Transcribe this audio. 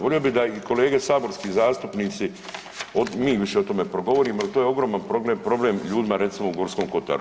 Volio bi da i kolege saborski zastupnici, mi više o tome progovorimo jel to je ogroman problem, problem ljudima recimo u Gorskom Kotaru.